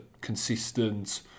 consistent